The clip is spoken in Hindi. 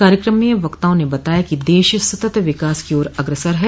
कार्यक्रम में वक्ताओं ने बताया कि देश सतत् विकास की ओर अग्रसर है